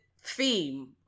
theme